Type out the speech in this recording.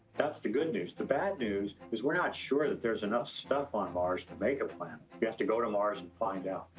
that's the good news. the bad news is we're not sure that there's enough stuff on mars to make a plan. we have to go to mars and find out.